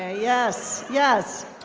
ah yes, yes.